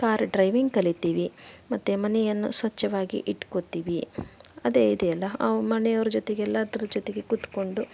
car driving ಕಲೀತೀವಿ ಮತ್ತೆ ಮನೆಯನ್ನು ಸ್ವಚ್ಛವಾಗಿ ಇಟ್ಕೋತೀವಿ ಅದೇ ಇದೆಯಲ್ಲ ಮನೆಯವರ ಜೊತೆಗೆ ಎಲ್ಲಾದ್ರೂ ಜೊತೆಗೆ ಕೂತ್ಕೊಂಡು